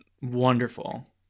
wonderful